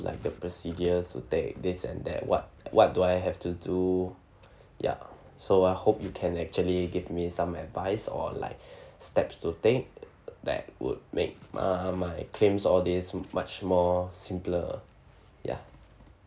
like the procedures to take this and that what what do I have to do ya so I hope you can actually give me some advice or like steps to take that would make ah my claims all this much more simpler ya